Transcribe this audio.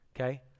Okay